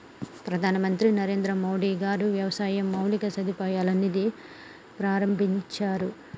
ప్రధాన మంత్రి నరేంద్రమోడీ గారు వ్యవసాయ మౌలిక సదుపాయాల నిధి ప్రాభించారు